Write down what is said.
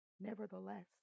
Nevertheless